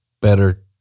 better